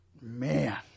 man